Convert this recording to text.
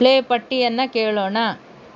play ಪಟ್ಟಿಯನ್ನು ಕೇಳೋಣ